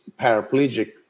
paraplegic